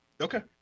Okay